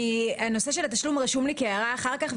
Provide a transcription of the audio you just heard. הנושא של התשלום רשום לי כהערה לאחר כך,